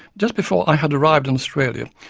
just before i had arrived in australia,